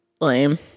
lame